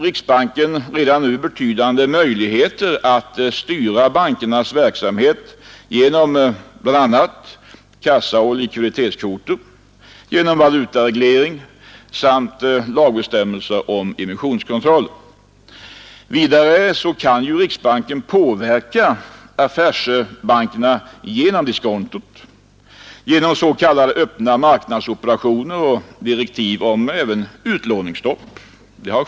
Riksbanken har redan nu betydande möjligheter att styra bankernas verksamhet genom bl.a. kassaoch likviditetskvoter, valutareglering samt lagbestämmelser om emissionskontroll. Vidare kan riksbanken påverka affärsbankerna genom diskontot, genom s.k. operationer i öppna marknaden och genom direktiv om utlåningsstopp. 4.